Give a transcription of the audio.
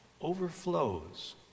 overflows